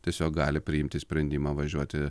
tiesiog gali priimti sprendimą važiuoti